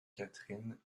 catherine